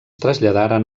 traslladaren